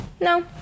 No